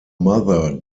mother